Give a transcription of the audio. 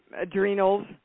adrenals